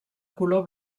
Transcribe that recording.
color